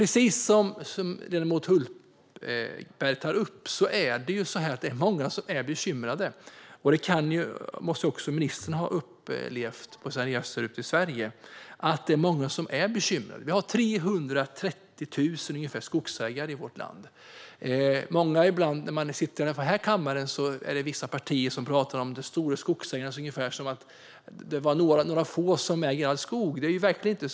Precis som ledamot Hultberg tar upp är många bekymrade. Det måste även ministern ha upplevt under sina resor runt om i Sverige. Många är bekymrade. I vårt land finns ungefär 330 000 skogsägare. I den här kammaren finns det vissa partier som talar om den store skogsägaren, som om det bara vore några få som äger all skog. Så är det verkligen inte.